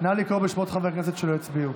נא לקרוא בשמות חברי הכנסת שלא הצביעו.